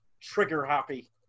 trigger-happy